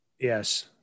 Yes